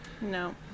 No